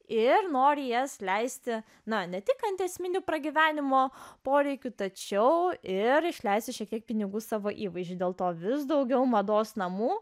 ir nori jas leisti na ne tik ant esminių pragyvenimo poreikių tačiau ir išleisti šiek tiek pinigų savo įvaizdžiui dėl to vis daugiau mados namų